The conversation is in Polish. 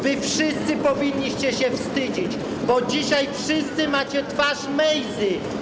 Wszyscy powinniście się wstydzić, bo dzisiaj wszyscy macie twarz Mejzy.